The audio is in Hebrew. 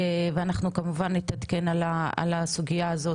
ואנחנו כמובן נתעדכן על הסוגיה הזו.